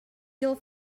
your